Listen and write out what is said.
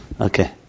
Okay